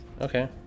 Okay